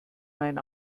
mein